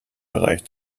bereich